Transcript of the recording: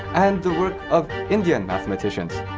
and the work of indian mathematicians.